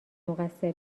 مقصر